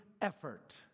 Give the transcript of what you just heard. effort